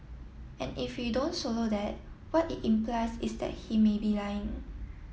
and if we don't slow that what it implies is that he may be lying